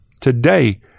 today